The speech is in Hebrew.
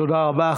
תודה רבה.